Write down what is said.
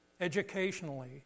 educationally